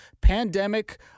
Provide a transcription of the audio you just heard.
pandemic